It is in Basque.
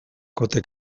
kote